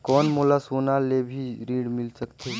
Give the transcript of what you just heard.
कौन मोला सोना ले भी ऋण मिल सकथे?